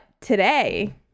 today